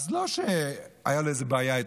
אז לא היה שהייתה לו איזו בעיה איתו,